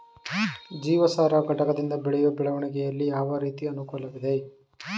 ಜೀವಸಾರ ಘಟಕದಿಂದ ಬೆಳೆಯ ಬೆಳವಣಿಗೆಯಲ್ಲಿ ಯಾವ ರೀತಿಯ ಅನುಕೂಲವಿದೆ?